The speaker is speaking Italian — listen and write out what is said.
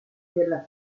della